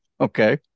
okay